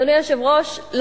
אדוני היושב-ראש,